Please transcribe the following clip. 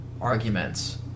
arguments